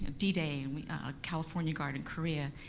d-day and california guard in korea.